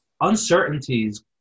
uncertainties